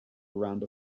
around